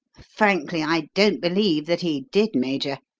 frankly, i don't believe that he did, major.